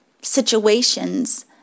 situations